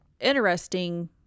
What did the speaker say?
interesting